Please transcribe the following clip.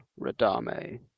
Radame